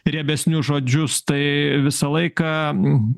riebesnius žodžius tai visą laiką